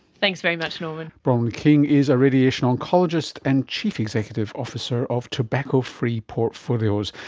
thanks very much norman. bronwyn king is a radiation oncologist and chief executive officer of tobacco-free portfolios,